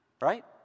right